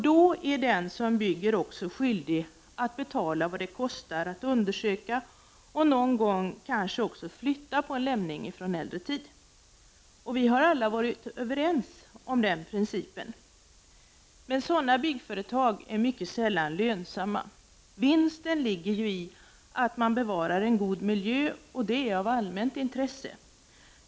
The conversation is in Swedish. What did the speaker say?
Då är den som bygger också skyldig att betala vad det kostar att undersöka och någon gång flytta på en lämning från äldre tidpunkt. Vi har alla varit överens om den principen. Men sådana byggföretag är sällan lönsamma. Vinsten ligger i att man bevarar en god miljö, och det är ju av allmänt intresse.